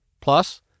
plus